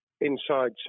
Inside